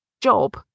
job